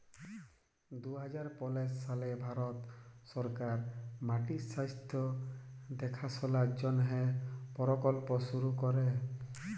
দু হাজার পলের সালে ভারত সরকার মাটির স্বাস্থ্য দ্যাখাশলার জ্যনহে পরকল্প শুরু ক্যরে